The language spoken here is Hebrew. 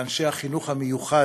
ואת אנשי החינוך המיוחד,